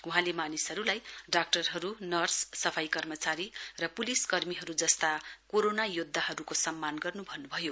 वहाँले मानिसहरुलाई डाक्टरहरु नर्स सफाई कर्मचारी र पुलिस कर्मीहरु जस्ता कोरोना योध्दाहरुको सम्मान गर्नु भन्नुभयो